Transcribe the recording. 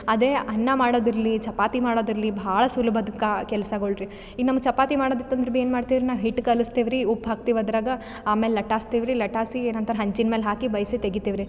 ಅದೇ ಅನ್ನ ಮಾಡೋದಿರ್ಲಿ ಚಪಾತಿ ಮಾಡೋದಿರ್ಲಿ ಭಾಳ ಸುಲ್ಬದ್ದು ಕೆಲ್ಸಗಳ್ರಿ ಈಗ ನಮ್ಗೆ ಚಪಾತಿ ಮಾಡೋದಿತ್ತು ಅಂದ್ರೆ ಬಿ ಏನು ಮಾಡ್ತಿರಿ ನಾ ಹಿಟ್ಟು ಕಲಿಸ್ತೀವ್ರಿ ಉಪ್ಪು ಹಾಕ್ತಿವಿ ಅದ್ರಾಗ ಆಮೇಲೆ ಲಟಾಸ್ತಿವ್ರಿ ಲಟಾಸಿ ಏನು ಅಂತಾರ್ ಹಂಚಿನ ಮೇಲೆ ಹಾಕಿ ಬೇಯಿಸಿ ತೆಗಿತೀವ್ರಿ